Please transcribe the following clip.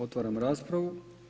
Otvaram raspravu.